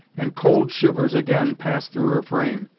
and cold shivers again passed through her frame,